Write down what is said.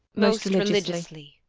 most religiously.